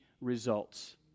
results